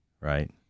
right